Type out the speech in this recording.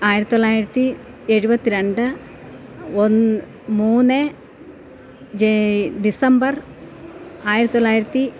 ആയിരത്തി തൊള്ളായിരത്തി എഴുപത്തിരണ്ട് ഒന്ന് മൂന്ന് ജ ഡിസംബര് ആയിരത്തി തൊള്ളായിരത്തി